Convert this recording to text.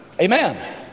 Amen